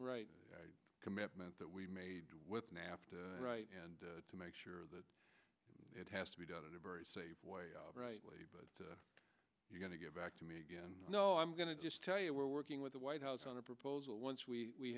right commitment that we made with nafta right and to make sure that it has to be done in a very safe way right way but you're going to get back to me again no i'm going to just tell you we're working with the white house on a proposal once we